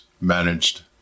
managed